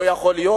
לא יכול להיות.